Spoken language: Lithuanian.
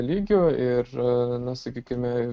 lygio ir na sakykime